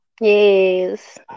yes